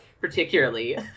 particularly